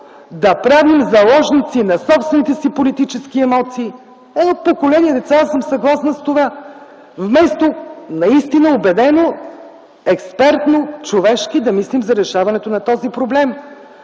да правим заложници на собствените си политически емоции едно поколение деца, аз съм съгласна с това, вместо наистина убедено, експертно, човешки да мислим за решаването на този проблем.